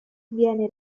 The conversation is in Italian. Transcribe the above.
viene